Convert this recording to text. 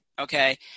okay